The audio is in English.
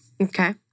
Okay